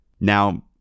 Now